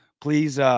please